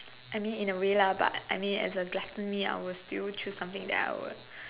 I mean in a way lah but I mean as a gluttony I will still choose something that I will